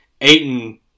Aiden